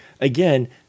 again